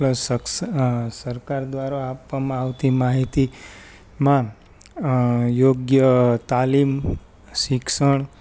plus સરકાર દ્વારા આપવામાં આવતી માહિતી માં યોગ્ય તાલીમ શિક્ષણ